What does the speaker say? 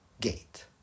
gate